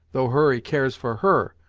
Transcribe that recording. though hurry cares for her,